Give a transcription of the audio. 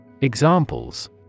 Examples